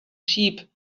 sheep